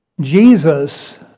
Jesus